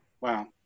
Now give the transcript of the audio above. Wow